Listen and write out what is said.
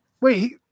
Wait